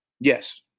Yes